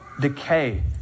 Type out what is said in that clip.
decay